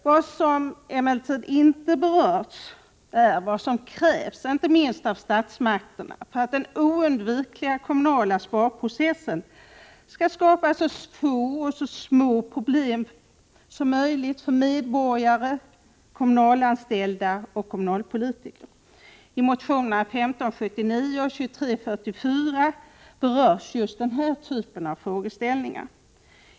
Vad som emellertid inte berörts är vad som krävts, inte minst av statsmakterna, för att den oundvikliga kommunala sparprocessen skall skapa så få och så små problem som möjligt för medborgare, kommunalanställda och kommunalpolitiker. I motionerna 1579 och 2344 berörs just den här typen av frågeställningar.